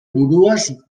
buruaz